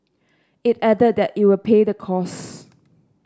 it added that it will pay the costs